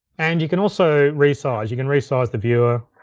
and you can also resize. you can resize the viewer